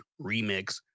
remix